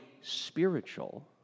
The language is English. spiritual